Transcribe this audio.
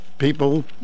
people